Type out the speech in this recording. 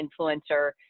influencer